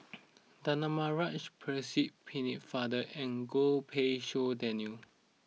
Danaraj Percy Pennefather and Goh Pei Siong Daniel